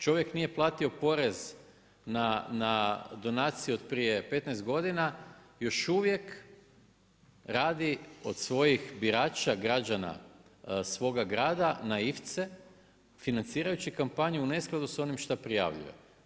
Čovjek nije platio porez na donaciju od prije 15 godina, još uvijek radi od svojih birača, građana, svoga grada naivce, financirajući kampanju u neskladu sa onim šta prijavljuje.